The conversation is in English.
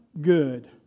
good